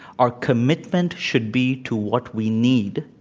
our commitment should be to what we need,